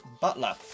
Butler